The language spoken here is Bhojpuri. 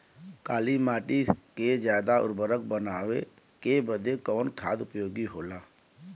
काली माटी के ज्यादा उर्वरक बनावे के बदे कवन खाद उपयोगी होला?